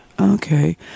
Okay